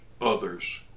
others